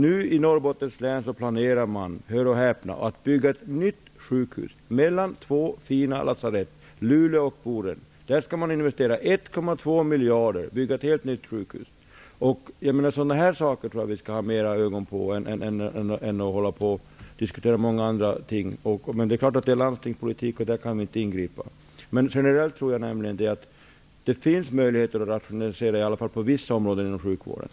I Norrbottens län planerar man nu -- hör och häpna! -- att bygga ett nytt sjukhus mellan två fina lasarett, de i Luleå och Boden. Man skall investera 1,2 miljarder i att bygga ett helt nytt sjukhus. Sådana här saker tror jag att vi mera skall ha ögonen på än att diskutera många andra ting, men det är klart att detta är landstingspolitik, och där kan vi inte ingripa. Generellt tror jag nämligen att det finns möjligheter att rationalisera på i varje fall vissa områden inom sjukvården.